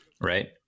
right